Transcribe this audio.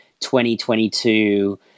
2022